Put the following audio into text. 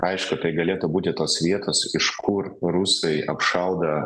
aišku tai galėtų būti tos vietos iš kur rusai apšauda